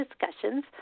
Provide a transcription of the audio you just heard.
discussions